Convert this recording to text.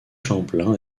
champlain